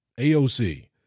AOC